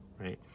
right